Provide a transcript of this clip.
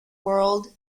world